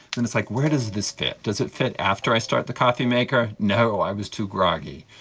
and it's like where does this fit? does it fit after i start the coffee maker? no, i was too groggy.